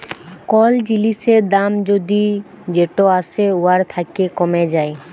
call জিলিসের দাম যদি যেট আসে উয়ার থ্যাকে কমে যায়